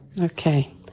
Okay